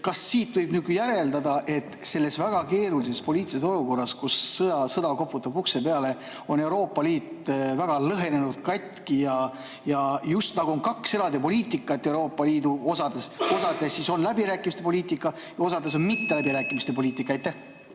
Kas sellest võib järeldada, et selles väga keerulises poliitilises olukorras, kus sõda koputab ukse peale, on Euroopa Liit väga lõhenenud ja just nagu on kaks eraldi poliitikat Euroopa Liidu osades? Osas [riikides] on läbirääkimiste poliitika ja osas on mitteläbirääkimiste poliitika. Suur